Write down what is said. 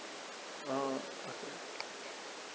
orh